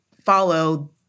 follow